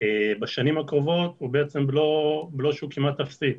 בשנים הקרובות הוא בעצם בלו שהוא כמעט אפסי.